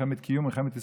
במלחמת קיום והישרדות.